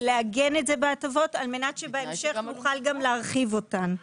לעגן את זה בהטבות על מנת שבהמשך נוכל גם להרחיב אותן.